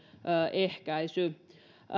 ehkäisy